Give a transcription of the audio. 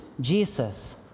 Jesus